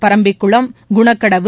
Parambikulam Kunakkadavu